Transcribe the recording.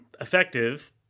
effective